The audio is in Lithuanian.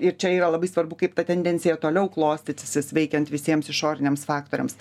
ir čia yra labai svarbu kaip ta tendencija toliau klostysis veikiant visiems išoriniams faktoriams